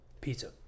Pizza